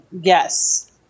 yes